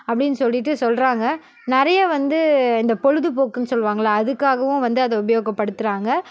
அப்படின்னு சொல்லிட்டு சொல்கிறாங்க நிறைய வந்து இந்த பொழுதுபோக்குன்னு சொல்வாங்கல்ல அதுக்காகவும் வந்து அதை உபயோகப்படுத்துகிறாங்க